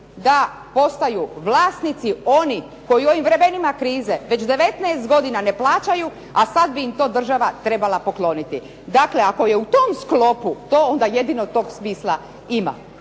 da postaju vlasnici oni koji u vremenima krize već 19 godina ne plaćaju, a sad bi im to država trebala pokloniti. Dakle ako je u tom sklopu to, onda jedino tog smisla ima.